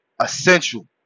essential